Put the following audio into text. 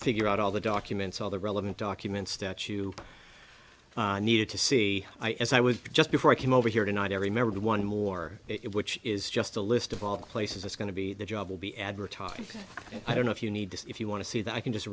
figure out all the documents all the relevant documents statue needed to see i as i was just before i came over here tonight every member did one more it which is just a list of all places it's going to be the job will be advertising i don't know if you need this if you want to see that i can just